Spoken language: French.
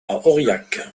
aurillac